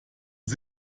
das